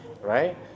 right